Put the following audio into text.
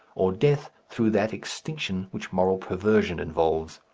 or death through that extinction which moral perversion involves.